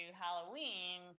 halloween